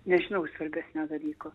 nežinau svarbesnio dalyko